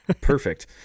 perfect